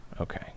okay